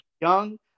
Young